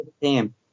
team